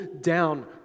down